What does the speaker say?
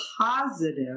positive